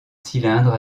cylindre